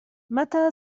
متى